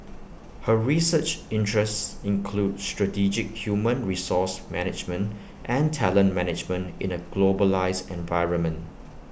her research interests include strategic human resource management and talent management in A globalised environment